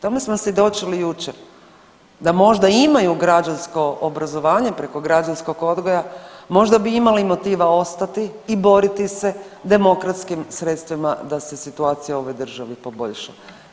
Tome smo svjedočili jučer da možda imaju građansko obrazovanje, preko građanskog odgoja, možda bi imali motiva ostati i boriti se demokratskih sredstvima da se situacija u ovoj državi poboljša.